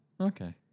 Okay